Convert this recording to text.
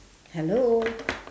hello